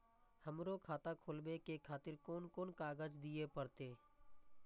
हमरो खाता खोलाबे के खातिर कोन कोन कागज दीये परतें?